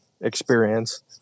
experience